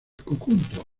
conjunto